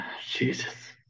Jesus